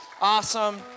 awesome